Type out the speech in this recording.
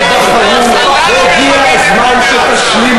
חבר הכנסת נחמן שי,